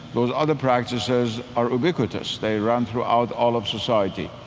those other practices are ubiquitous. they run throughout all of society